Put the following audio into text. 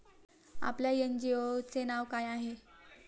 आपल्या एन.जी.ओ चे नाव काय आहे?